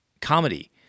comedy